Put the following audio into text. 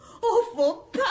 Awful